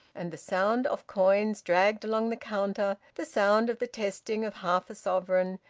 and the sound of coins dragged along the counter, the sound of the testing of half a sovereign,